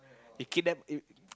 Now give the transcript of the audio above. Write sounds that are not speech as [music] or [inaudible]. eh kidnap [noise]